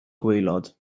gwaelod